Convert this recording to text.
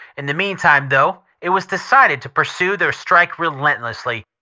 in the meantime, though, it was decided to pursue the strike relentlessly.